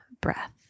breath